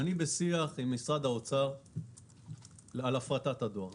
אני בשיח עם משרד האוצר על הפרטת הדואר.